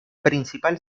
principal